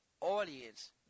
audience